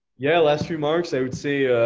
yeah, last remarks. i would say,